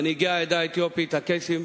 מנהיגי העדה האתיופית, הקייסים,